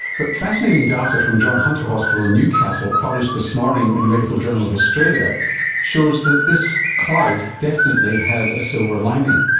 but fascinating data from john hunter hospital in newcastle published this morning in the medical journal of australia shows that this cloud definitely had a silver lining.